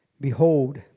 Behold